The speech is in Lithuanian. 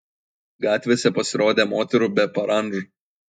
gatvėse pasirodė moterų be parandžų